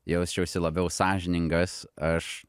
jausčiausi labiau sąžiningas aš